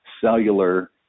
cellular